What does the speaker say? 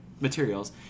materials